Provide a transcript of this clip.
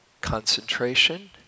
concentration